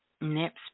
Nips